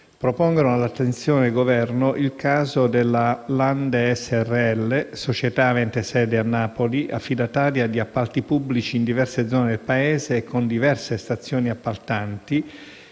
pongono all'attenzione del Governo il caso della Lande Srl, società avente sede a Napoli, affidataria di appalti pubblici in diverse zone del Paese e con diverse stazioni appaltanti,